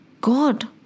God